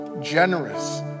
generous